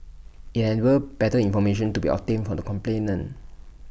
IT enables better information to be obtained from the complainant